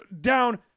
down